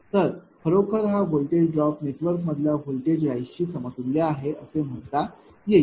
तर खरोखर हा व्होल्टेज ड्रॉप नेटवर्कमधल्या व्होल्टेज राइज़शी समतुल्य आहे असे म्हणता येईल